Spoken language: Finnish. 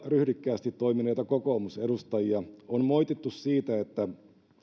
ryhdikkäästi toimineita kokoomusedustajia on moitittu siitä että